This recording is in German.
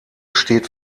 steht